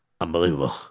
Unbelievable